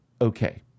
okay